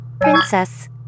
Princess